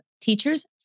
teachers